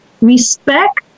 Respect